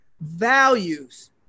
values